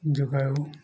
ଯୋଗାଉ